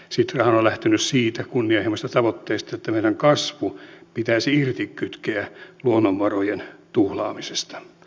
sitrahan on lähtenyt siitä kunnianhimoisesta tavoitteesta että meidän kasvu pitäisi irtikytkeä luonnonvarojen tuhlaamisesta